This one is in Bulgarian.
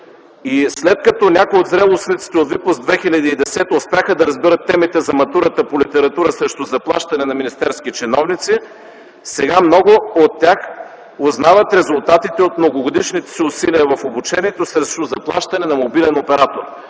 след като някои от зрелостниците на Випуск 2010 успяха да разберат темите за матурата по литература срещу заплащане на министерски чиновници, сега много от тях узнават резултатите от многогодишните си усилия в обучението срещу заплащане на мобилен оператор.